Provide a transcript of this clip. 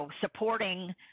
supporting